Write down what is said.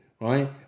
right